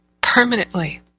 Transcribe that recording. permanently